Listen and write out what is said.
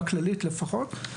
בכללית לפחות,